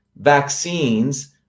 vaccines